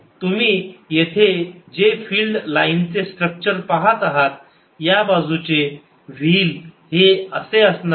तुम्ही येथे जे फिल्ड लाईनचे स्ट्रक्चर पहात आहात या बाजूचे व्हील हे असे असणार आहे